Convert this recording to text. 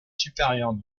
supérieures